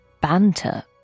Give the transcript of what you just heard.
banter